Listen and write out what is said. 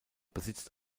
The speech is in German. besitzt